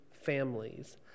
Families